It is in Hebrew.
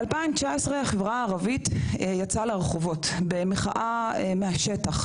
מ-2019 החברה הערבית יצאה לרחובות במחאה מהשטח,